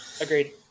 Agreed